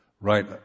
Right